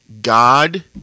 God